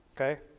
okay